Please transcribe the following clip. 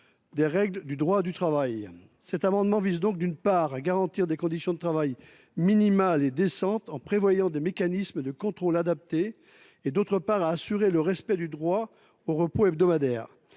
de règles du droit du travail. Cet amendement vise, d’une part, à garantir des conditions de travail à tout le moins décentes des mécanismes de contrôle adaptés et, d’autre part, à assurer le respect du droit au repos hebdomadaire.